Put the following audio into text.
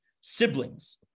siblings